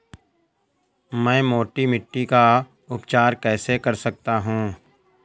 मैं मोटी मिट्टी का उपचार कैसे कर सकता हूँ?